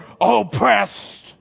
oppressed